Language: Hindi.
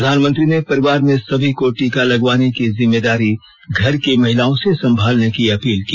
प्रधानमंत्री ने परिवार में सभी को टीका लगवाने की जिम्मेदारी घर की महिलाओं से संभालने की अपील की